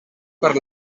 per